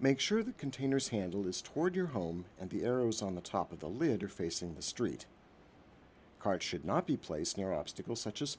make sure the containers handle is toward your home and the arrows on the top of the lid or facing the street car should not be placed near obstacles such as